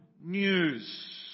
news